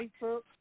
Facebook